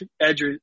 edge